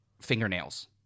fingernails